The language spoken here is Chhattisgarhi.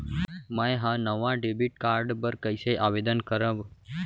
मै हा नवा डेबिट कार्ड बर कईसे आवेदन करव?